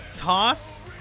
toss